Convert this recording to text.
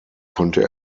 konnte